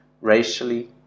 racially